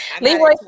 Leroy